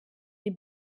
die